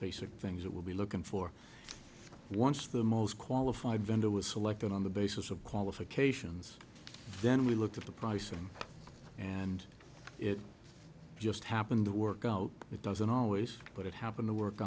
basic things that we'll be looking for and once the most qualified vendor was selected on the basis of qualifications then we looked at the pricing and it just happened to work out it doesn't always but it happened to work